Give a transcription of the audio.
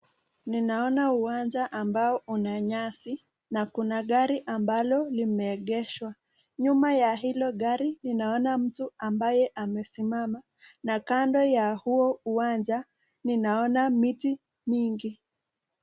Ninaona uwanja ambao una nyasi na kuna gari ambalo limeegeshwa. Nyuma ya hilo gari ninaona mtu ambaye amesimama na kando ya huo uwanja ninaona miti mingi.